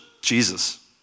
Jesus